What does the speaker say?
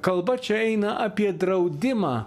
kalba čia eina apie draudimą